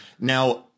now